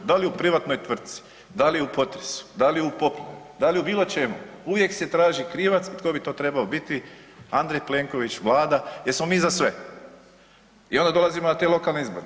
Da li u privatnoj tvrtci, da li u potresu, da li u poplavi, da li u bilo čemu uvijek se traži kriva tko bi to trebao biti Andrej Plenković, Vlada jel smo mi za sve i onda dolazimo na te lokalne izbore.